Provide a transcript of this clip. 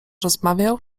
rozmawiał